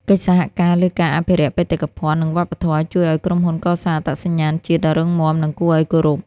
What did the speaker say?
កិច្ចសហការលើការអភិរក្សបេតិកភណ្ឌ និងវប្បធម៌ ជួយឱ្យក្រុមហ៊ុនកសាងអត្តសញ្ញាណជាតិដ៏រឹងមាំ និងគួរឱ្យគោរព។